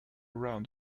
around